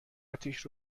اتیش